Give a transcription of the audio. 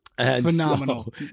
Phenomenal